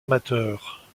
amateur